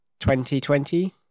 2020